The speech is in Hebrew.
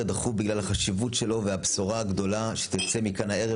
בגלל החשיבות שלו והבשורה הגדולה שתצא מכאן הערב,